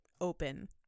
open